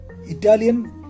Italian